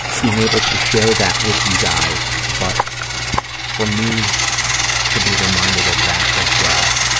being able to share that with you guys, but for me to be reminded of that as well,